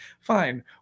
fine